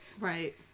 Right